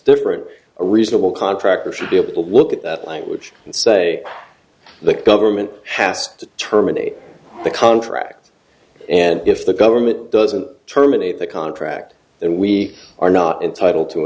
different a reasonable contractor should be able to look at that language and say the government has to terminate the contract and if the government doesn't terminate the contract then we are not entitled to